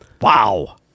Wow